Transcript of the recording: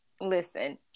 listen